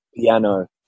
piano